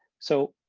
so